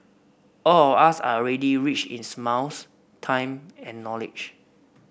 all of us are already rich in smiles time and knowledge